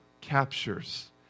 captures